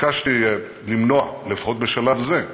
ביקשתי למנוע, לפחות בשלב זה,